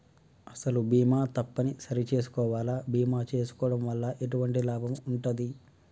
అసలు బీమా తప్పని సరి చేసుకోవాలా? బీమా చేసుకోవడం వల్ల ఎటువంటి లాభం ఉంటది?